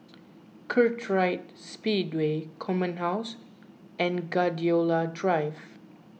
Kartright Speedway Command House and Gladiola Drive